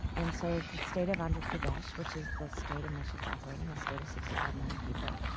and so the state of andhra pradesh, which is the state in which it's operating, a state of sixty five million people,